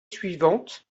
suivante